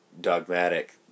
dogmatic